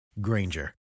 Granger